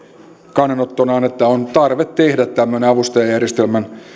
kannanottonaan että on tarve tehdä tämmöinen avustajajärjestelmän